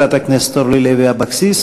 חברת הכנסת אורלי לוי אבקסיס.